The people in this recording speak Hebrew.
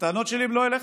הטענות שלי הן לא אליך.